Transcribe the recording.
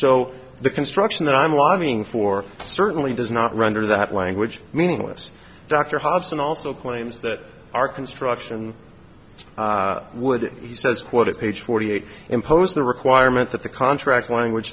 so the construction that i'm lobbying for certainly does not render that language meaningless dr hobson also claims that our construction would he says quote at page forty eight impose the requirement that the contract language